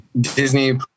Disney